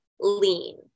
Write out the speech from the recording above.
lean